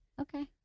okay